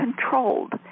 controlled